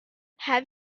have